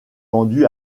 vendu